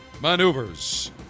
Maneuvers